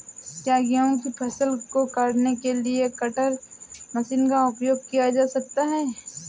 क्या गेहूँ की फसल को काटने के लिए कटर मशीन का उपयोग किया जा सकता है?